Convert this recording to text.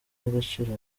y’agaciro